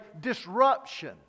disruption